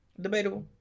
Debatable